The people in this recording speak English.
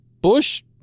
Bush